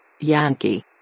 Yankee